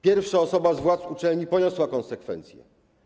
Pierwsza osoba z władz uczelni poniosła konsekwencje.